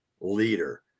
leader